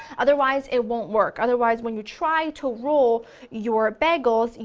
otherwise it won't work, otherwise when you're trying to roll your bagels, and